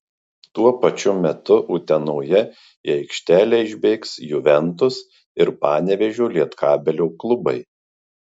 tuo pačiu metu utenoje į aikštelę išbėgs juventus ir panevėžio lietkabelio klubai